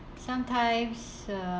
sometimes uh